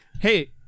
hey